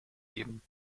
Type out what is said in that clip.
geben